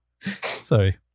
Sorry